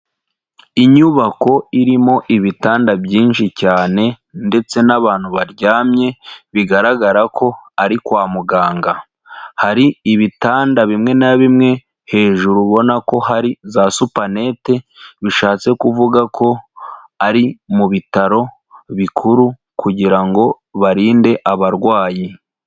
Inyubako irimo ibitanda byinshi cyane ndetse n'abantu baryamye, bigaragara ko ari kwa muganga, hari ibitanda bimwe na bimwe hejuru ubona ko hari za supanete, bishatse kuvuga ko ari mu bitaro bikuru kugira ngo barinde abarwayi.